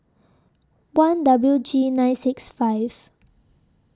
one W G nine six five